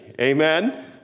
amen